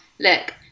look